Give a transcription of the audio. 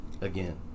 again